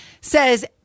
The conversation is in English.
Says